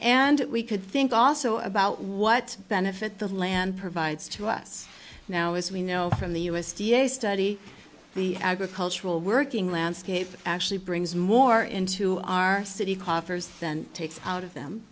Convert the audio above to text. and we could think also about what benefit the land provides to us now as we know from the u s d a study the agricultural working landscape actually brings more into our city coffers than takes out of them